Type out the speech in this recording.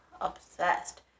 obsessed